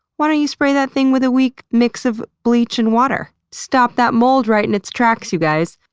why don't you spray that thing with a weak mix of bleach and water? stop that mold right in its tracks, you guys.